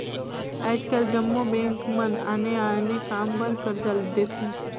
आएज काएल जम्मो बेंक मन आने आने काम बर करजा देथे